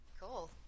Cool